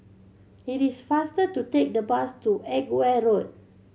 it is faster to take the bus to Edgware Road